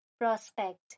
prospect